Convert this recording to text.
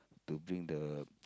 to bring the